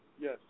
Yes